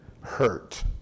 hurt